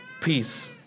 peace